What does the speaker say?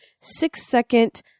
six-second